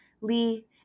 Lee